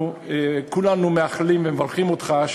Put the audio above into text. אנחנו כולנו מאחלים ומברכים אותך על כך